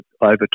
over